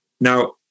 Now